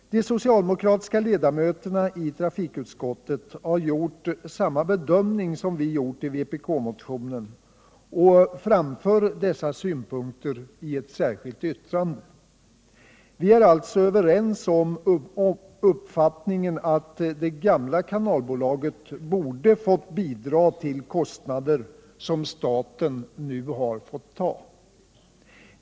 De socialdemokratiska ledamöterna i trafikutskottet har gjort samma bedömning som vi gjort i vpk-motionen, och de framför dessa synpunkter i ett särskilt yttrande. Vi är alltså överens om uppfattningen att det gamla kanalbolaget borde ha fått bidra till de kostnader som staten nu måste ta.